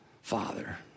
Father